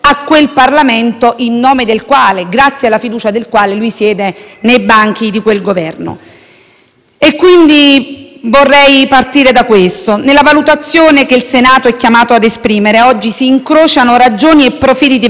Governo. Vorrei partire da questo. Nella valutazione che il Senato è chiamato a esprimere oggi si incrociano ragioni e profili diversi, alcuni di carattere giuridico in senso stretto, altri invece di carattere più propriamente politico.